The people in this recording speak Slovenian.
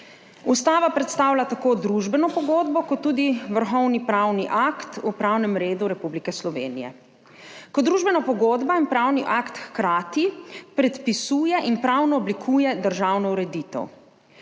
Ustava predstavlja tako družbeno pogodbo kot tudi vrhovni pravni akt v pravnem redu Republike Slovenije. Kot družbena pogodba in pravni akt hkrati predpisuje in pravno oblikuje državno ureditev.